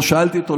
לא שאלתי אותו,